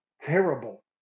Terrible